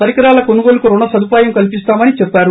పరికరాల కొనుగోలుకు రుణ సదుపాయం కల్పిస్తామని చెప్పారు